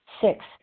Six